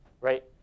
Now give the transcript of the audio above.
right